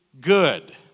good